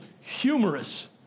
humorous